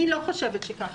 אני לא חושבת כך.